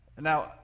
Now